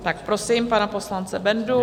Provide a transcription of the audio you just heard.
Tak prosím pana poslance Bendu.